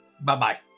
Bye-bye